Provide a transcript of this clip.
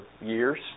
years